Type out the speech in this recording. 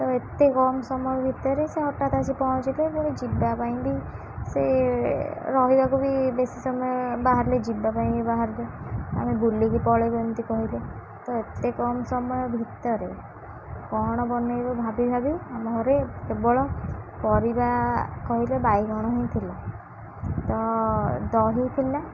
ତ ଏତେ କମ୍ ସମୟ ଭିତରେ ସେ ହଠାତ ଆସି ପହଞ୍ଚିଲେ ପୁଣି ଯିବା ପାଇଁ ବି ସେ ରହିବାକୁ ବି ବେଶୀ ସମୟ ବାହାରିଲେ ଯିବା ପାଇଁ ବି ବାହାରିଲେ ଆମେ ବୁଲିକି ପଳେଇବୁ ଏମିତି କହିଲେ ତ ଏତେ କମ ସମୟ ଭିତରେ କ'ଣ ବନେଇବ ଭାବି ଭାବି ଆମ ଘରେ କେବଳ ପରିବା କହିଲେ ବାଇଗଣ ହିଁ ଥିଲା ତ ଦହି ଥିଲା